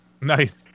Nice